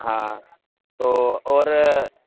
ہاں تو اور